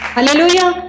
Hallelujah